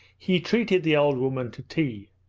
he treated the old woman to tea.